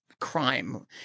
Crime